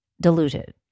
diluted